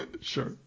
Sure